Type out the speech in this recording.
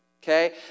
Okay